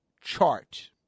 chart